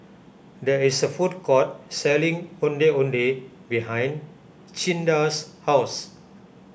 there is a food court selling Ondeh Ondeh behind Cinda's house